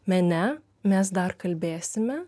mene mes dar kalbėsime